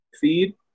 feed